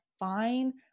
Fine